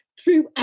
throughout